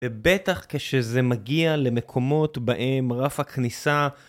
ובטח כשזה מגיע למקומות בהם רף הכניסה